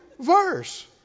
verse